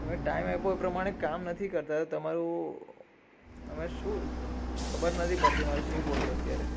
તમે ટાઇમ આપ્યો એ પ્રમાણે કામ નથી કરતા તો તમારું તમે શું ખબર નથી પડતી મારે શું બોલવું અત્યારે